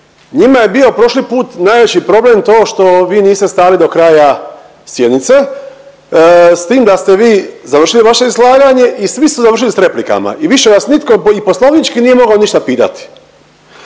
njima je bio prošli put najveći problem to što vi niste stali do kraja sjednice s tim da ste vi završili vaše izlaganje i svi su završili sa replikama. I više vas nitko i poslovnički nije mogao ništa pitati.